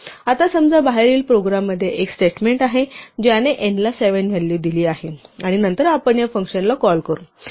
आता समजा बाहेरील प्रोग्राममध्ये एक स्टेटमेंट आहे ज्याने n ला 7 ची व्हॅल्यू दिली आहे आणि नंतर आपण या फंक्शनला कॉल करू